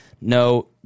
no